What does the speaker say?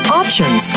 options